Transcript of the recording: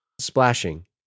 Splashing